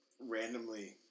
randomly